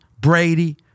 Brady